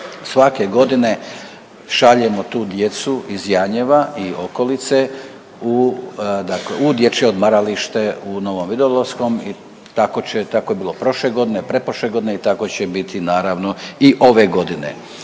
svake godine šaljemo tu djecu iz Janjeva i okolice u, dakle … u dječje odmaralište u dječje odmaralište u Novom Vinodolskom i tako će, tako je bilo prošle godine, pretprošle godine i tako će biti naravno i ove godine.